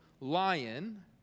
lion